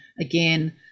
again